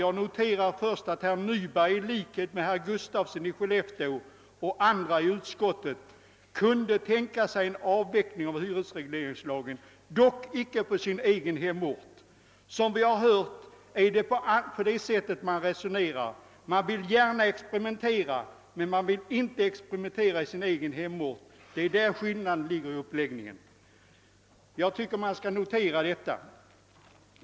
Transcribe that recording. Jag noterar först att berr Nyberg i likhet med herr Gustafsson i Skellefteå och andra i utskottet kunde tänka sig en avveckling av - hyresregleringslagen, dock icke i sin egen hemort. Som vi har hört, är det på det sättet man resonerar. Man vill gärna experimentera, men man vill inte experimentera i sin egen hemort. Det är där skillnaden ligger i uppläggningen.» Jag tycker man kan notera även detta.